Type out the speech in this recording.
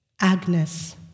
Agnes